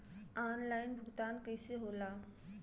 Online भुगतान कईसे होला?